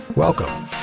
Welcome